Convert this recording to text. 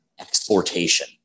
exportation